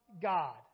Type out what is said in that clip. God